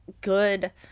good –